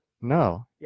No